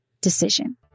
decision